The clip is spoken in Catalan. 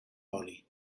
oli